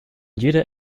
jeder